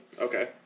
Okay